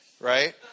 right